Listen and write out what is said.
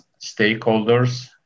stakeholders